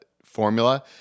formula